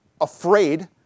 afraid